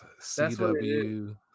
CW